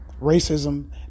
racism